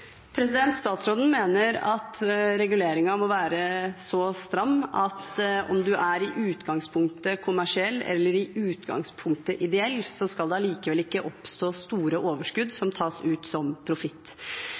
Statsråden mener at reguleringen må være så stram at om man er i utgangspunktet kommersiell eller i utgangspunktet ideell, skal det allikevel ikke oppstå store overskudd